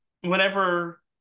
whenever